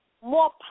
more